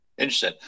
Interesting